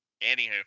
anywho